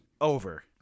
Over